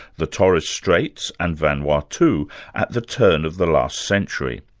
the torres straits and vanuatu at the turn of the last century.